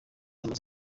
amaze